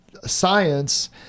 Science